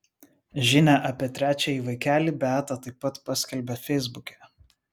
žinią apie trečiąjį vaikelį beata taip pat paskelbė feisbuke